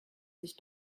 sich